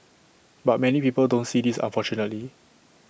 but many people don't see this unfortunately